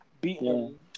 beating